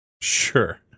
Sure